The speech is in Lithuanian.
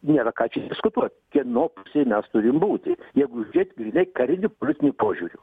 nėra ką čia diskutuot kieno pusėj mes turim būti jeigu žiūrėt grynai kariniu politiniu požiūriu